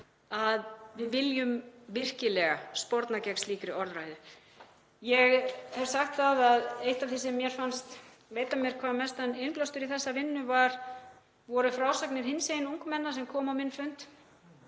að við viljum virkilega sporna gegn slíkri orðræðu. Ég hef sagt að eitt af því sem mér fannst veita mér hvað mestan innblástur í þessa vinnu voru frásagnir hinsegin ungmenna sem komu á minn fund